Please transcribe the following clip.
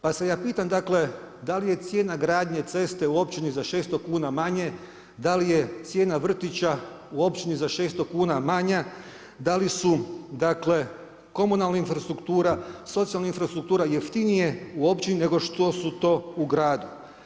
Pa se ja pitam dakle, da li je cijena gradnje ceste u općini za 600 kuna manje, da li je cijena vrtića u općini za 600 kuna manja, da li su dakle komunalna infrastruktrua, socijalna infrastruktura jeftinije u općini nego što su to u gradu.